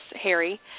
Harry